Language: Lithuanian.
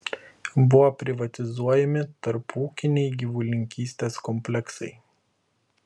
buvo privatizuojami tarpūkiniai gyvulininkystės kompleksai